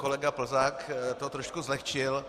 Kolega Plzák to trošku zlehčil.